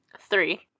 Three